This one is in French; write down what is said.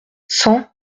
cent